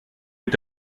est